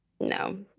No